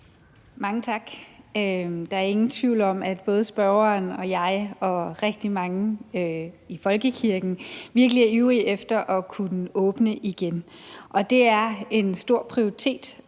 Mange tak. Der er ingen tvivl om, at både spørgeren og jeg og rigtig mange i folkekirken virkelig er ivrige efter at kunne åbne igen. Og det er en stor prioritet